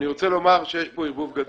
אני רוצה לומר שיש פה ארגון גדול.